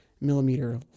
millimeter